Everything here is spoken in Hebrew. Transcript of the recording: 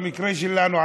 במקרה שלנו,